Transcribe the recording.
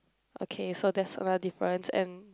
okay so that's another difference and